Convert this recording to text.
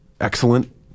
excellent